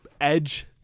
edge